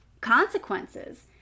consequences